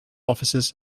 officers